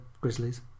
Grizzlies